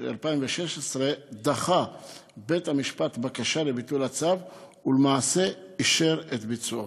2016 דחה בית-המשפט בקשה לביטול הצו ולמעשה אישר את ביצועו.